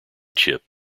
chip